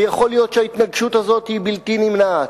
ויכול להיות שההתנגשות הזאת היא בלתי נמנעת,